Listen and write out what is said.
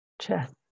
chest